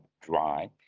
dry